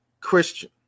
Christian